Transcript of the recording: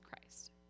Christ